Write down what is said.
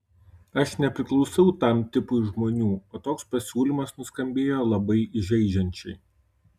aš nepriklausau tam tipui žmonių o toks pasiūlymas nuskambėjo labai įžeidžiančiai